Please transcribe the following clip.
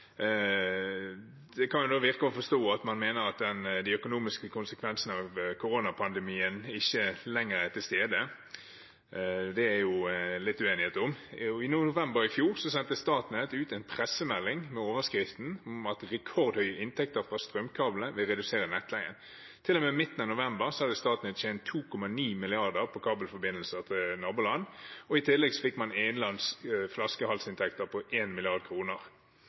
Det kan virke som man mener at de økonomiske konsekvensene av koronapandemien ikke lenger er til stede. Det er det jo litt uenighet om. I november i fjor sendte Statnett ut en pressemelding med overskriften om at rekordhøye inntekter fra strømkablene vil redusere nettleien. Til og med midten av november hadde Statnett tjent 2,9 mrd. kr på kabelforbindelser til naboland, og i tillegg fikk man innenlands flaskehalsinntekter på